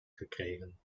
gekregen